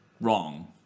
wrong